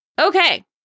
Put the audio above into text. Okay